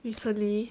recently